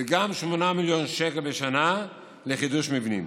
וגם 8 מיליון שקלים בשנה לחידוש מבנים.